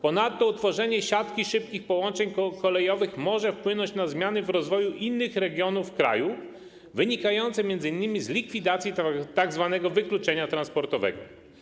Ponadto utworzenie siatki szybkich połączeń kolejowych może wpłynąć na zmiany w rozwoju innych regionów kraju, wynikające m.in. z likwidacji tzw. wykluczenia transportowego.